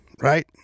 right